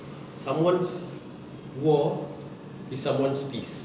someone's war is someone's peace